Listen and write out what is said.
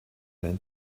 dein